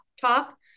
top